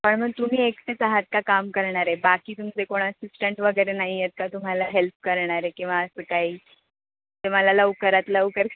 पण मग तुम्ही एकटेच आहात का काम करणारे बाकी तुमचे कोण असिस्टंट वगैरे नाही आहेत का तुम्हाला हेल्प करणारे किंवा असं काही तुम्हाला लवकरात लवकर